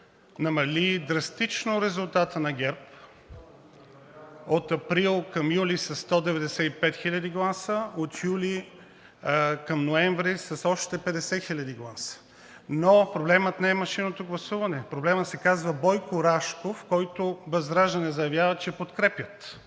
намали драстично резултата на ГЕРБ от април към юли със 195 хиляди гласа, от юли към ноември с още 50 хиляди гласа. Проблемът не е машинното гласуване. Проблемът се казва Бойко Рашков, който ВЪЗРАЖДАНЕ заявява, че подкрепя.